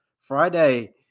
Friday